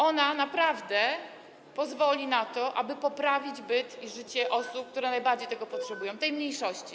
Ona naprawdę pozwoli na to, aby poprawić byt i życie osób, które najbardziej tego potrzebują, tej mniejszości.